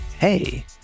hey